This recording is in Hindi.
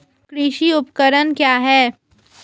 कृषि उपकरण क्या है?